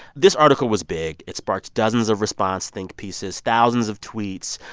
this article was big. it sparked dozens of response think pieces, thousands of tweets.